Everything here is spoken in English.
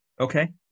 Okay